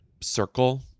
circle